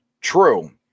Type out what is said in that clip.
True